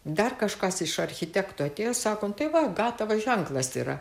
dar kažkas iš architektų atėjo sako nu tai va gatavas ženklas yra